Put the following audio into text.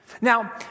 Now